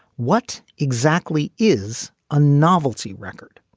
what exactly is a novelty record?